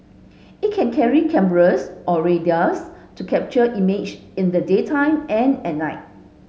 it can carry cameras or radars to capture images in the daytime and at night